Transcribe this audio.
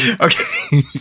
Okay